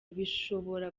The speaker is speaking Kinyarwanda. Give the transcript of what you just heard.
bishobora